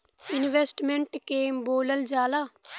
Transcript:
Investment के के बोलल जा ला?